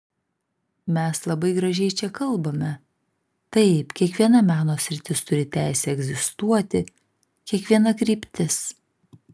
mes labai gražiai čia kalbame taip kiekviena meno sritis turi teisę egzistuoti kiekviena kryptis